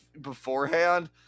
Beforehand